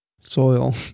Soil